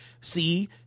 see